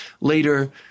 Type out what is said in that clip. later